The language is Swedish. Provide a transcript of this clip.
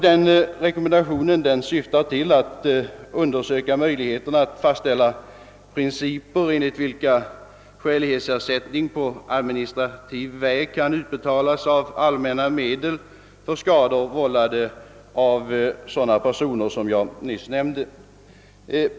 Denna rekommendation avser en undersökning av möjligheterna att fastställa principer, enligt vilka skälighetsersättning på administrativ väg kan utbetalas av allmänna medel för skador vållade av sådana personer som jag nyss nämnde.